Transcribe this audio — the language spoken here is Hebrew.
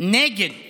נגד